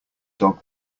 dog